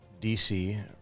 DC